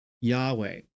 Yahweh